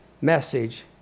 message